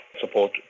support